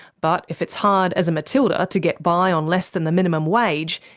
but if it's hard as a matilda to get by on less than the minimum wage,